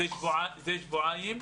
שבועיים.